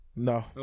No